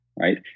Right